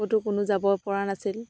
তো কোনো যাব পৰা নাছিল